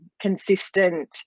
consistent